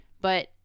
But-